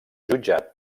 jutjat